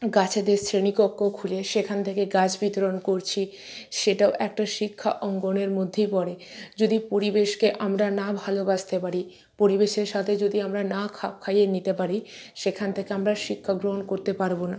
গাছেদের শ্রেণিকক্ষ খুলে সেখান থেকে গাছ বিতরণ করছি সেটা একটা শিক্ষা অঙ্গনের মধ্যেই পড়ে যদি পরিবেশকে আমরা না ভালোবাসতে পারি পরিবেশের সাথে যদি আমরা না খাপ খাইয়ে নিতে পারি সেখান থেকে আমরা শিক্ষাগ্রহণ করতে পারবো না